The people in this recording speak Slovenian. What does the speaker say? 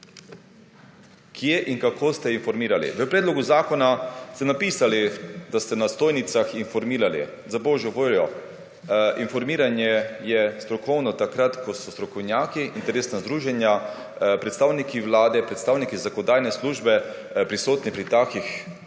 Kje in kako ste informirali? V predlogu zakona ste napisali, da ste na stojnicah informirali. Za božjo voljo, informiranje je strokovno takrat, ko so strokovnjaki, interesna združenja, predstavniki Vlade, **22. TRAK: (DAG) – 10.45** (nadaljevanje) predstavniki